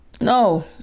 No